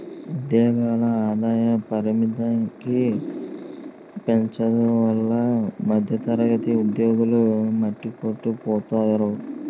ఉద్యోగుల ఆదాయ పరిమితికి పెంచనందువల్ల మధ్యతరగతి ఉద్యోగులు మట్టికొట్టుకుపోయారు